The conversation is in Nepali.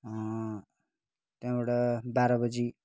त्यहाँबाट बाह्र बजी